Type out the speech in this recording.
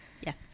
yes